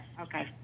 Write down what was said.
okay